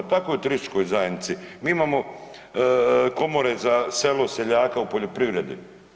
Tako i Turističkoj zajednici, mi imamo komore za selo, seljaka u poljoprivredi.